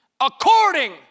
according